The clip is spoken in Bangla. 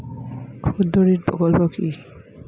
ক্ষুদ্রঋণ প্রকল্পটি কি?